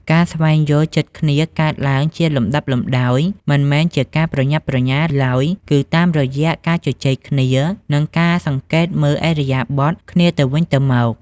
ការស្វែងយល់ចិត្តគ្នាកើតឡើងជាលំដាប់លំដោយ មិនមែនជាការប្រញាប់ប្រញាល់ឡើយ គឺតាមរយៈការជជែកគ្នា និងការសង្កេតមើលឥរិយាបថគ្នាទៅវិញទៅមក។